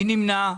מי נמנע?